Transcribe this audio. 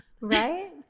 Right